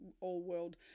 all-world